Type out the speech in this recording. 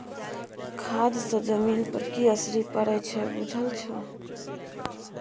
खाद सँ जमीन पर की असरि पड़य छै बुझल छौ